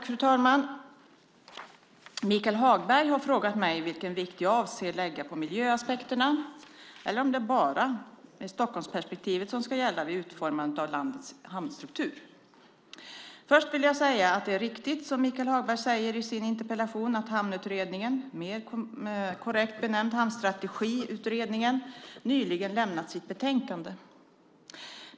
Fru talman! Michael Hagberg har frågat mig vilken vikt jag avser att lägga på miljöaspekterna och om det bara är Stockholmsperspektivet som ska gälla vid utformandet av landets hamnstruktur. Först vill jag säga att det är riktigt som Michael Hagberg säger i sin interpellation att hamnutredningen, mer korrekt benämnd Hamnstrategiutredningen, nyligen lämnat sitt betänkande.